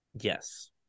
Yes